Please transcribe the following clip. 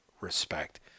respect